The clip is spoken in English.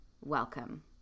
Welcome